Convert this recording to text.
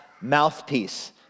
mouthpiece